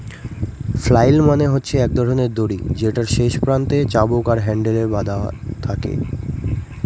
flail মানে হচ্ছে এক ধরনের দড়ি যেটার শেষ প্রান্তে চাবুক আর হ্যান্ডেল বাধা থাকে